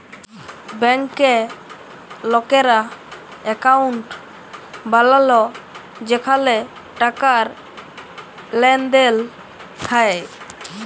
ব্যাংকে লকেরা একউন্ট বালায় যেখালে টাকার লেনদেল হ্যয়